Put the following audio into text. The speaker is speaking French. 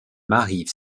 m’arrive